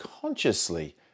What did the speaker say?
consciously